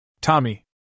Tommy